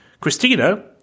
Christina